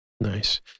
Nice